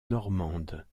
normandes